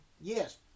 Yes